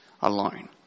alone